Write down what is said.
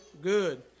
good